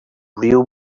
real